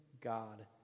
God